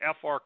FR